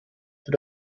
für